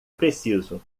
preciso